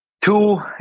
Two